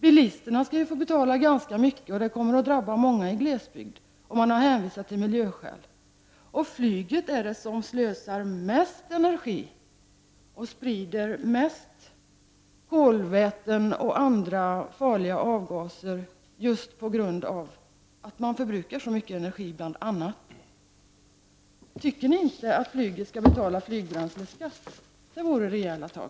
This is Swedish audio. Bilisterna skall få betala ganska mycket, och det kommer att drabba många i glesbygden. Man har hänvisat till miljöskäl. Flyget slösar mest energi och sprider mest kolväten och andra farliga avgaser just på grund av att flyget förbrukar så mycket energi. Tycker ni inte att flyget skall betala flygbränsleskatt? Det vore rejäla tag.